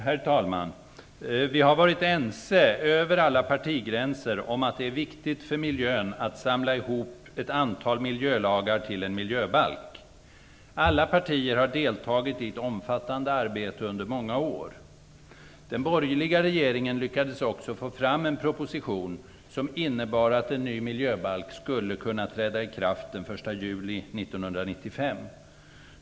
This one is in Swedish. Herr talman! Vi har varit ense över alla partigränser om att det är viktigt för miljön att samla ihop ett antal miljölagar till en miljöbalk. Alla partier har deltagit i ett omfattande arbete under många år. Den borgerliga regeringen lyckades också att få fram en proposition som innebar att en ny miljöbalk skulle kunna träda i kraft den 1 juli 1995.